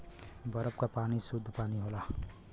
बरफ क पानी सुद्ध पानी होला